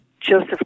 Joseph